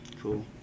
Cool